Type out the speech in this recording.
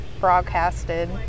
broadcasted